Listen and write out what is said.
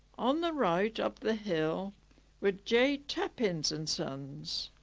on the right up the hill were j tappin and sons.